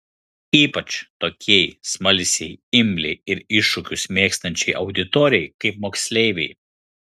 ypač tokiai smalsiai imliai ir iššūkius mėgstančiai auditorijai kaip moksleiviai